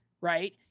right